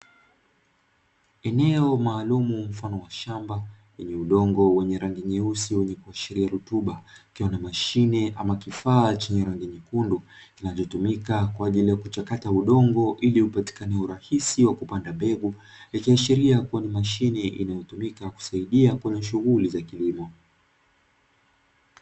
Eneo maalum mfano wa shamba lenye udongo wenye rangi nyeusi wenye kuashiria rutuba, ikiwa na mashine ama kifaa chenye rangi nyekundu kinachotumika kwa ajili ya kuchakata udongo ili upatike urahisi wa kupanda mbegu, ikiashiria kuwa ni mashine inayotumika kusaidia kwenye shughuli za kilimo.